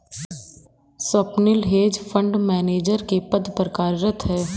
Swapnil hedge fund manager के पद पर कार्यरत है